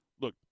look